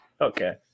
Okay